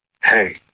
hey